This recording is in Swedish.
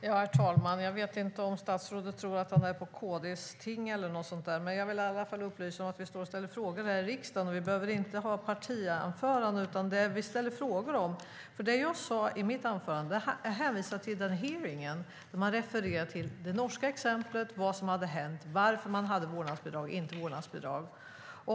Herr talman! Jag vet inte om statsrådet tror att han är på KD:s ting eller någonting sådant, men jag vill i alla fall upplysa om att vi ställer frågorna i riksdagen. Vi behöver inte ha partianföranden, utan vi ställer frågor. I mitt anförande hänvisade jag till den hearing där det refererades till det norska exemplet, vad som hade hänt, varför man hade vårdnadsbidrag och inte hade vårdnadsbidrag.